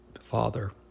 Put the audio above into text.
Father